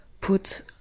put